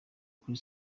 kuri